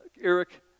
Eric